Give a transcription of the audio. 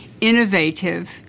innovative